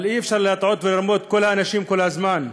אבל אי-אפשר להטעות ולרמות את כל האנשים כל הזמן.